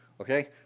okay